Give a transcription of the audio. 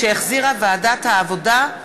שהחזירה ועדת העבודה,